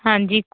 ਹਾਂਜੀ